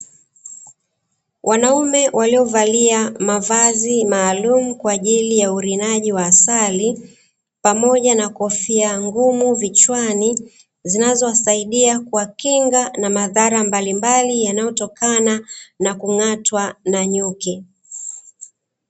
Wanaume waliovalia mavazi maalumu kwa ajili ya urinaji wa asali, pamoja na kofia ngumu vichwani zinazowasaidia kuwakinga na madhara mbalimbali yanayotokana na kung’atwa na nyuki.